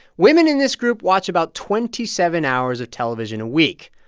women in this group watch about twenty seven hours of television a week.